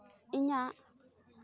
ᱤᱧᱟᱹᱜ